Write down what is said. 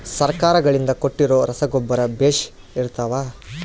ಸರ್ಕಾರಗಳಿಂದ ಕೊಟ್ಟಿರೊ ರಸಗೊಬ್ಬರ ಬೇಷ್ ಇರುತ್ತವಾ?